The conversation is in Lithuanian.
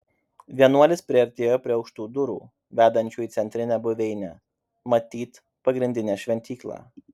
vienuolis priartėjo prie aukštų durų vedančių į centrinę buveinę matyt pagrindinę šventyklą